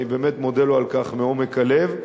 אני באמת מודה לו על כך מעומק הלב.